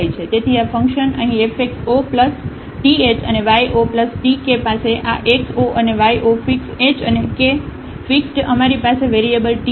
તેથી આ ફંકશન અહીં fx 0 th અને y 0 tk પાસે આ x 0 અને y 0 ફિક્સ h અને k ફિક્સ્ડ અમારી પાસે વેરીએબલ t છે